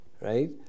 right